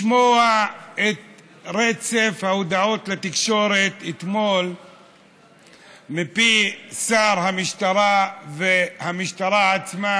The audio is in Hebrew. לשמוע את רצף ההודעות לתקשורת אתמול מפי שר המשטרה והמשטרה עצמה,